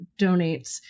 donates